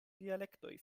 dialektoj